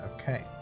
Okay